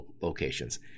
locations